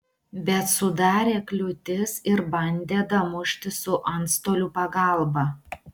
bet sudarė kliūtis ir bandė damušti su antstolių pagalba